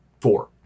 four